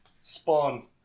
Spawn